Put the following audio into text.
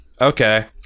Okay